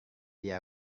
dia